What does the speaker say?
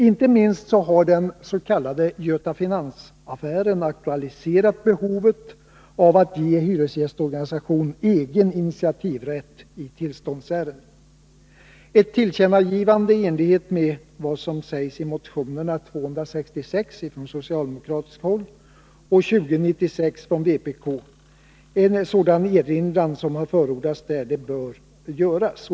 Inte minst har den s.k. Göta Finans-affären aktualiserat behovet av att ge hyresgästorganisation egen initiativrätt i tillståndsärenden. Ett tillkännagivande i enlighet med vad som sägs i motionerna 266 från socialdemokratiskt håll och 2096 från vpk bör göras.